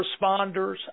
responders